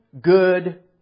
good